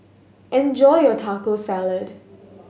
enjoy your Taco Salad